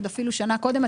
עוד אפילו שנה קודם,